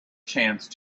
chance